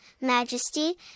majesty